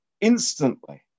instantly